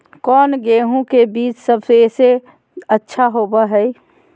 कौन गेंहू के बीज सबेसे अच्छा होबो हाय?